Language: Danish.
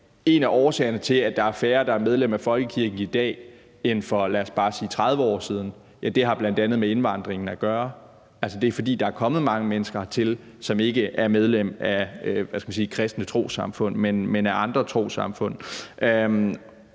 er jo, at det, at der er færre, der er medlem af folkekirken i dag end for bare 30 år siden, jo bl.a. har med indvandringen at gøre. Det er, fordi der er kommet mange mennesker hertil, som ikke er medlem af kristne trossamfund, men af andre trossamfund.